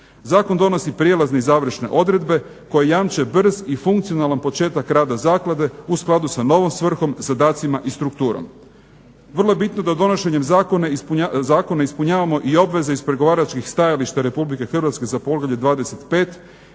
Zakon donosi prijelazne i završne odredbe koje jamče brz i funkcionalan početak rada zaklada u skladu sa novom svrhom, zadacima i strukturom. Vrlo je bitno da donošenjem zakona ispunjavamo i obaveze iz pregovaračkih stajališta Republike Hrvatske za poglavlje 25.